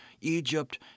Egypt